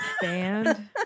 Band